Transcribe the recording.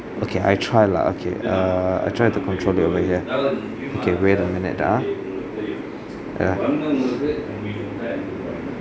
okay I try lah okay err I try to control it over here okay wait a minute ah uh